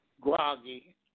groggy